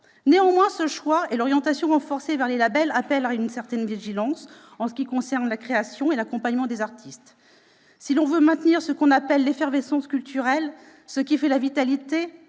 Néanmoins, ce choix ainsi que l'orientation renforcée vers les labels appellent à une certaine vigilance en ce qui concerne la création et l'accompagnement des artistes. En effet, si l'on veut maintenir ce qu'on appelle « l'effervescence culturelle », ce qui fait la vitalité